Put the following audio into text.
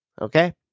Okay